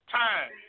time